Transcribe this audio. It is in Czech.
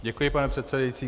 Děkuji, pane předsedající.